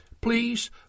Please